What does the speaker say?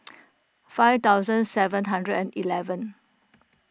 five thousand seven hundred and eleven